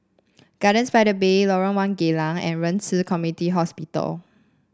Gardens by the Bay Lorong One Geylang and Ren Ci Community Hospital